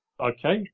Okay